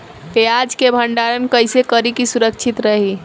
प्याज के भंडारण कइसे करी की सुरक्षित रही?